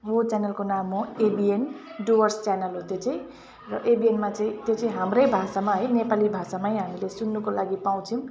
वो च्यानलको नाम हो एबिएन डुवर्स च्यानल हो त्यो चाहिँ र एबिएनमा चाहिँ त्यो चाहिँ हाम्रै भाषामा है नेपाली भाषामै हामीले सुन्नुको लागि पाउछौँ